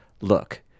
look